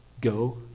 go